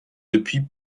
depuis